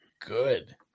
good